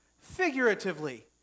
figuratively